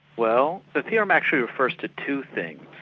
well, the theorem actually refers to two things.